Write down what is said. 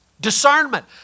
Discernment